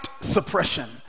suppression